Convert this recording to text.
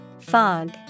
Fog